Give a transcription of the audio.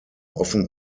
often